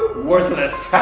worthless!